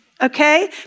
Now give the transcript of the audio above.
Okay